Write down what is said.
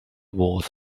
was